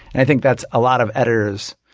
and i think that's a lot of editors